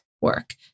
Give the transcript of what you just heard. work